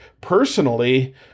personally